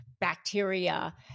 bacteria